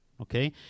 Okay